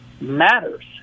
matters